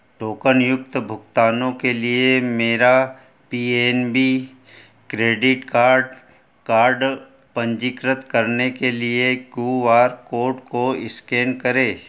token युक्त भुगतानों के लिए मेरा P N B credit card card पंजीकृत करने के लिए कू आर कोड को इस्केन करें